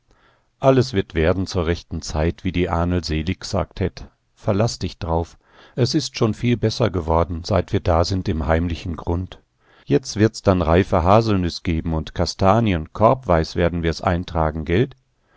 alles wird werden zur rechten zeit wie die ahnl selig g'sagt hätt verlaß dich drauf es ist schon viel besser geworden seit wir da sind im heimlichen grund jetzt wird's dann reife haselnüss geben und kastanien korbweis werden wir's eintragen